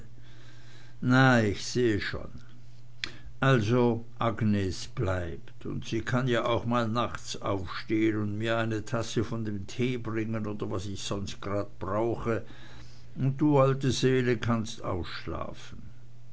na ich sehe schon also agnes bleibt und sie kann ja auch nachts mal aufstehn und mir eine tasse von dem tee bringen oder was ich sonst grade brauche und du alte seele kannst ausschlafen